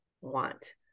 want